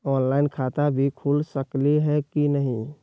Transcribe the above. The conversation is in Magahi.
ऑनलाइन खाता भी खुल सकली है कि नही?